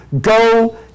Go